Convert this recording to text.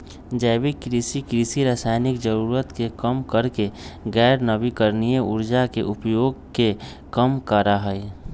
जैविक कृषि, कृषि रासायनिक जरूरत के कम करके गैर नवीकरणीय ऊर्जा के उपयोग के कम करा हई